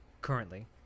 currently